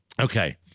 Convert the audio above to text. Okay